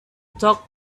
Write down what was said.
talk